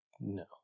No